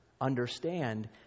Understand